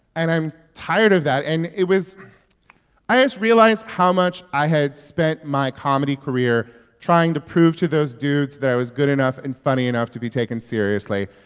and i'm tired of that. and it was i just realized how much i had spent my comedy career trying to prove to those dudes that i was good enough and funny enough to be taken seriously.